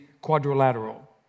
Quadrilateral